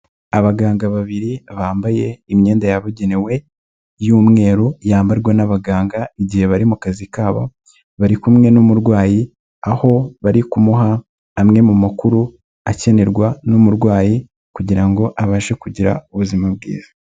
Abaganga babiri bambaye imyenda yabugenewe y'umweru, yambarwa n'abaganga igihe bari mu kazi kabo, bari kumwe n'umurwayi, aho bari kumuha amwe mu makuru akenerwa n'umurwayi, kugira ngo abashe kugira ubuzima bwiza.